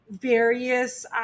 various